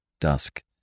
Dusk